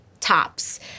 tops